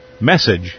Message